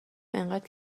انقدر